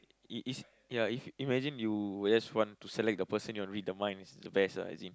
it is ya if if imagine you would just want to select the person you want to read the mind it's the best ah as in